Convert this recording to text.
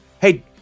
Hey